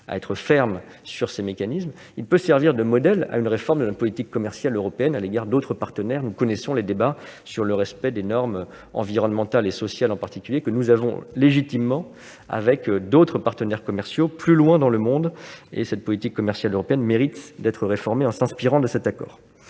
de concurrence, peut servir de modèle à une réforme de la politique commerciale européenne à l'égard d'autres partenaires. Nous connaissons les débats sur le respect des normes environnementales et sociales, en particulier, que nous avons légitimement avec d'autres partenaires commerciaux plus éloignés géographiquement. La politique commerciale européenne mérite d'être réformée en s'inspirant de cet accord.